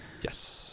Yes